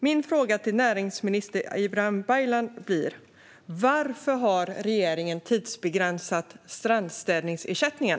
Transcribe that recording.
Min fråga till näringsminister Ibrahim Baylan blir: Varför har regeringen tidsbegränsat strandstädningsersättningen?